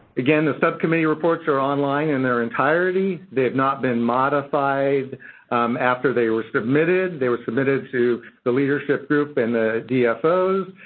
again, the subcommittee reports are online in their entirety. they have not been modified after they were submitted. they were submitted to the leadership group and the dfos,